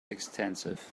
extensive